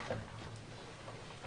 ו-(6)